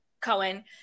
Cohen